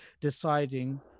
deciding